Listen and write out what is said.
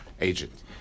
agent